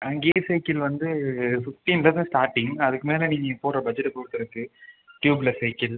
ஆ gear cycle வந்து ஃபிஃப்டீன்லேருந்து starting அதுக்கு மேலே நீங்கள் போடுற பட்ஜெட்டை பொறுத்து இருக்குது ட்யூப்லெஸ் சைக்கிள்